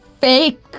fake